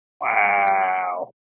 Wow